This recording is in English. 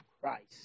Christ